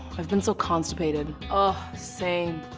i've been so constipated. ah same.